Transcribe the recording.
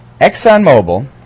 ExxonMobil